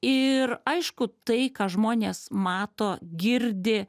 ir aišku tai ką žmonės mato girdi